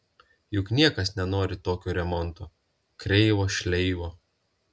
juk niekas nenori tokio remonto kreivo šleivo